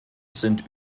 sind